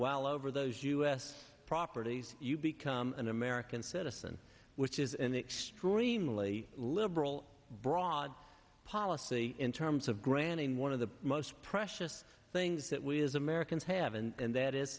well over those u s properties you become an american citizen which is in the extreme lee liberal broad policy in terms of granting one of the most precious things that we as americans have and that is